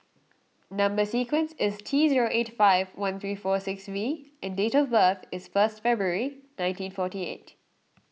Number Sequence is T zero eight five one three four six V and date of birth is first February nineteen forty eight